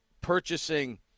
purchasing